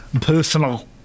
Personal